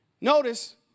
notice